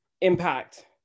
impact